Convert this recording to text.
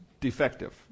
defective